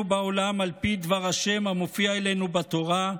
בעולם על פי דבר השם המופיע אלינו בתורה,